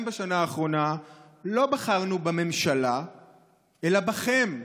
בשנה האחרונה לא בחרנו בממשלה אלא בכם,